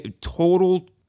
total